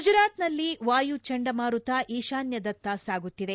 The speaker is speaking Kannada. ಗುಜರಾತ್ನಲ್ಲಿ ವಾಯು ಚಂಡಮಾರುತ ಈಶಾನ್ಯದತ್ತ ಸಾಗುತ್ತಿದೆ